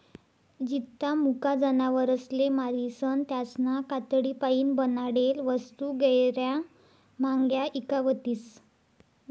जित्ता मुका जनावरसले मारीसन त्यासना कातडीपाईन बनाडेल वस्तू गैयरा म्हांग्या ईकावतीस